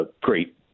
great